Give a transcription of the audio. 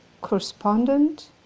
correspondent